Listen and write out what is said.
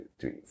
three